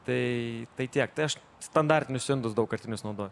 tai tai tiek tai aš standartinius indus daugkartinius naudoju